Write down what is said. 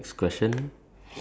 okay so you have a